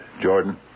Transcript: Jordan